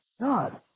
God